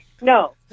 No